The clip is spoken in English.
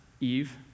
Eve